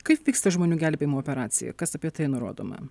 kaip vyksta žmonių gelbėjimo operacija kas apie tai nurodoma